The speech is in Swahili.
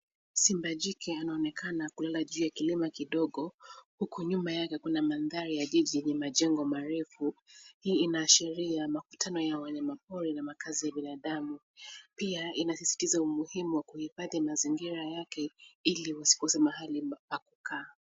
Simba jike anaonekana kulala juu ya kilima kidogo huku nyuma yake kuna mandhari ya jiji yenye majengo marefu. Hii inaashiria makutano ya wanyama pori na makazi ya binadamu, pia inasisitiza umuhimu wa kuhifadhi mazingira yake ile usikose mahali pa kukaa.